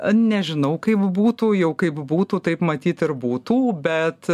nežinau kaip būtų jau kaip būtų taip matyt ir būtų bet